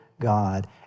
God